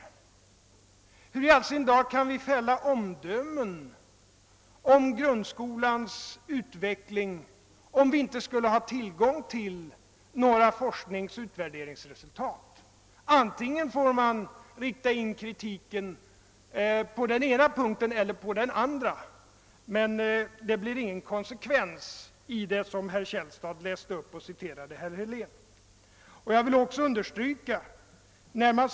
Hur i all sin dar skulle vi kunna fälla omdömen om grundskolans utveckling, om vi inte skulle ha tillgång till några forskningsoch utvärderingsresultat? Antingen får man rikta in kritiken på den ena punkten eller på den andra. Det blir ingen konsekvens i den tankegång som herr Källstad citerade från herr Helén.